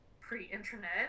pre-internet